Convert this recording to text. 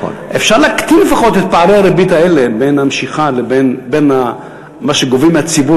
אפשר לפחות להקטין את פערי הריבית האלה בין מה שגובים מהציבור